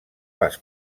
les